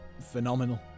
phenomenal